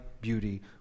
beauty